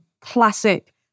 classic